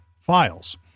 files